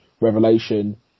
revelation